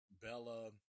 Bella